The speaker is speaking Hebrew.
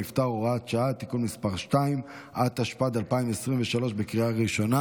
(תיקון מס' 19), התשפ"ד 2023, אושרה בקריאה ראשונה